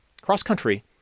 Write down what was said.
Cross-country